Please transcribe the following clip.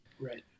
Right